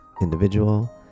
individual